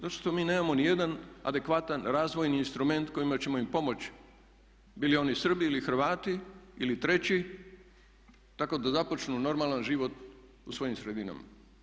Zato što mi nemamo ni jedan adekvatan razvojni instrument kojima ćemo im pomoći bili oni Srbi ili Hrvati ili treći tako da započnu normalan život u svojim sredinama.